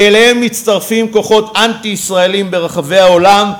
ואליהם מצטרפים כוחות אנטי-ישראלים ברחבי העולם,